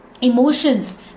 emotions